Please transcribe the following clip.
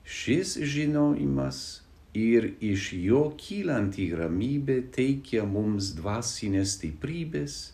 šis žinojimas ir iš jo kylanti ramybė teikia mums dvasinės stiprybės